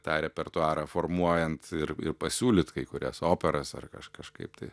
tą repertuarą formuojant ir ir pasiūlyt kai kurias operas ar aš kažkaip tai